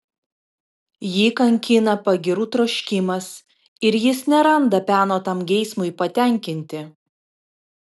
jį kankina pagyrų troškimas ir jis neranda peno tam geismui patenkinti